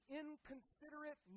inconsiderate